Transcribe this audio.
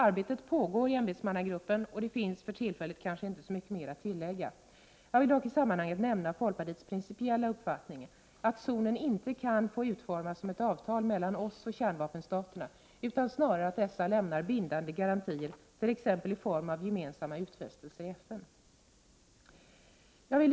Arbetet pågår i ämbetsmannagruppen, och det finns kanske för tillfället inte så mycket mer att tillägga. Jag vill dock i sammanhanget nämna folkpartiets principiella uppfattning, att zonen inte kan få utformas som ett avtal mellan oss och kärnvapenstaterna, utan snarare att dessa lämnar bindande garantier, t.ex. i form av gemensamma utfästelser i FN.